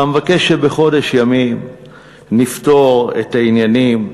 אתה מבקש שבחודש ימים נפתור את העניינים,